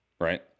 right